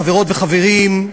חברות וחברים,